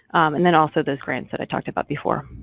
and then also those grants that i talked about before.